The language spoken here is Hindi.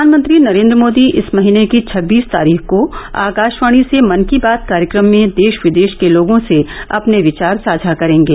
प्रधानमंत्री नरेन्द्र मोदी इस महीने की छब्बीस तारीख को आकाशवाणी से मन की बात कार्यक्रम में देश विदेश के लोगों से अपने विचार साझा करेंगे